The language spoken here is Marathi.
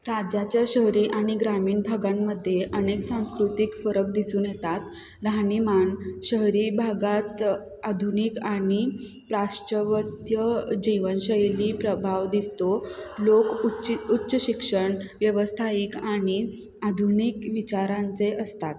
राज्याच्या शहरी आणि ग्रामीण भागांमध्ये अनेक सांस्कृतिक फरक दिसून येतात राहणीमान शहरी भागात आधुनिक आणि प्राश्चवत्य जीवनशैली प्रभाव दिसतो लोक उच्ची उच्च शिक्षण व्यवस्थायिक आणि आधुनिक विचारांचे असतात